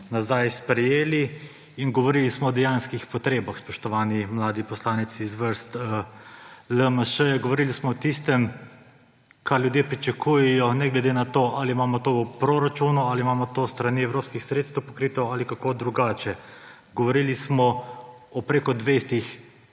nazaj sprejeli, in govorili smo o dejanskih potrebah, spoštovani mladi poslanec iz vrst LMŠ. Govorili smo o tistem, kar ljudje pričakujejo ne glede na to, ali imamo to v proračunu ali imamo to s strani evropskih sredstev pokrito ali kako drugače. Govorili smo o preko 200